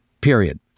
period